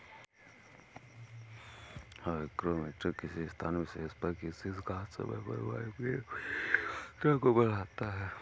hygrometer किसी स्थान विशेष पर किसी खास समय पर वायु में नमी की मात्रा को बताता है